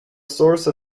source